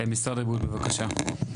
משרד הבריאות, בבקשה.